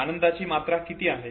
आनंदाची मात्रा किती आहे